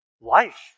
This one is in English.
life